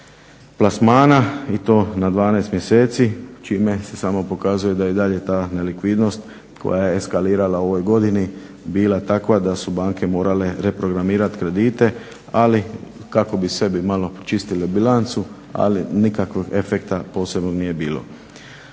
plasmana i to na 12 mjeseci čime se samo pokazuje da i dalje ta nelikvidnost koja je eskalirala u ovoj godini bila takva da su banke morale reprogramirati kredite, ali kako bi sebi malo čistile bilancu ali nikakvog efekta posebnog nije bilo.